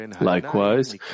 Likewise